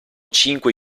cinque